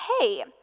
hey